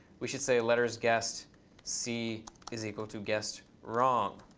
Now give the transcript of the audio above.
we should say lettersguessed c is equal to guessed wrong.